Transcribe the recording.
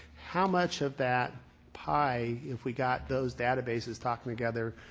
how much of that pie, if we've got those databases talking together,